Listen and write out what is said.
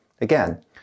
Again